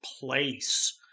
place